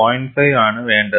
5 ആണ് വേണ്ടത്